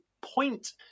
point